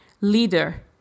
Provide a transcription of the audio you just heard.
leader